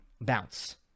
bounce